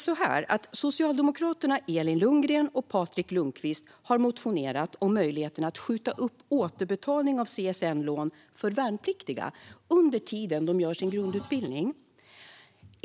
Socialdemokraterna Elin Lundgren och Patrik Lundqvist har motionerat om möjligheten att skjuta upp återbetalning av CSN-lån för värnpliktiga under tiden de gör sin grundutbildning.